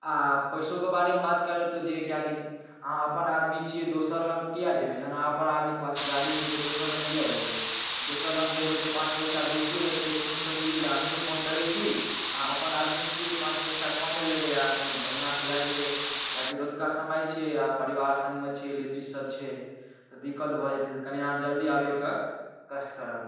आ पैसोके बारेमे बात कए लेतहुँ जे किएकि अहाँ अपन आदमी छियै दोसर लङ किया जयबै जहन अपन आदमी पास गाड़ी छियै तऽ दोसर लङ किया जैयै दोसर लङ जयबै तऽ पाँच पैसा बेसिये लेतै एहिसँ नीक सोचलियै जे अहींँके फोन करैत छी अहाँ अपन आदमी छियै पाँच पैसा कमे लेबै आ कनि बढ़िआँ से लए जयबै किएकि रतुका समय छियै आ परिवार सङ्गमे छियै लेडिज सब छै तऽ दिक्कत भऽ जयतै कनि अहाँ जल्दी आबिके कष्ट करब